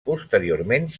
posteriorment